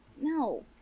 No